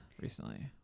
recently